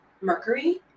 mercury